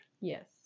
Yes